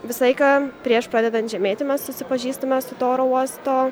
visą laiką prieš pradedant žemėti mes susipažįstame su to oro uosto